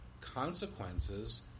consequences